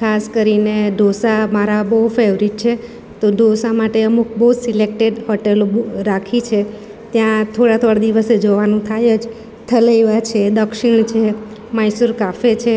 ખાસ કરીને ઢોંસા મારા બહુ ફેવરિટ છે તો ઢોંસા માટે અમુક બહુ સિલેક્ટેડ હોટેલો ર રાખી છે ત્યાં થોડા થોડા દિવસે જવાનું થાય જ થલઈવા છે દક્ષિણ છે મહિસૂર કાફે છે